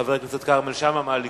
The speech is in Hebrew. חבר הכנסת כרמל שאמה מהליכוד.